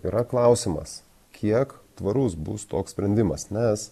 yra klausimas kiek tvarus bus toks sprendimas nes